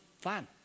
fun